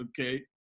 Okay